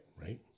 Right